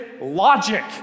logic